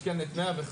יש כאן את 105,